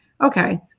Okay